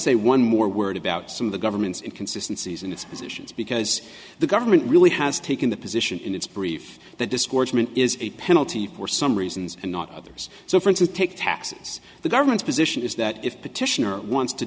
say one more word about some of the government's inconsistency in its positions because the government really has taken the position in its brief that discouragement is a penalty for some reasons and not others so for instance take taxes the government's position is that if petitioner wants to